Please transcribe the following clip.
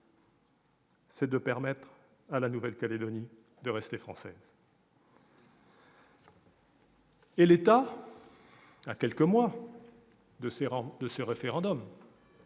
tendent à permettre à la Nouvelle-Calédonie de rester française. Et l'État, à quelques mois d'un référendum